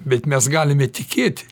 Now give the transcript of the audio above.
bet mes galime tikėti